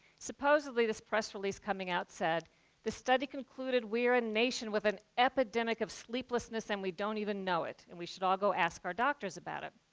supposedly, this press release coming out said the study concluded we are a nation with an epidemic of sleeplessness, and we don't even know it, and we should all go ask our doctors about it.